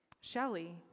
Shelley